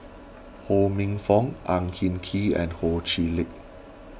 Ho Minfong Ang Hin Kee and Ho Chee Lick